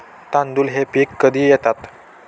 तांदूळ हे पीक कधी घेतात?